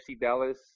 Dallas